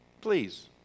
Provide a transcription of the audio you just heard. please